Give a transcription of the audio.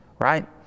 right